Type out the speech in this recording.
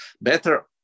better